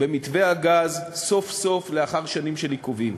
במתווה הגז, סוף-סוף, לאחר שנים של עיכובים.